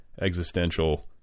existential